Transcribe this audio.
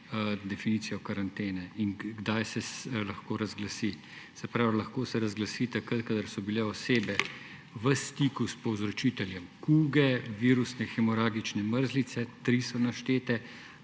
definicijo karantene in kdaj se lahko razglasi. Se pravi, lahko se razglasi takrat, kadar so bile osebe v stiku s povzročiteljem kuge, virusne hemoragične mrzlice, tri so naštete,